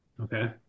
Okay